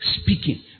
speaking